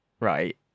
right